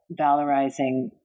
valorizing